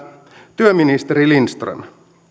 työministeri lindström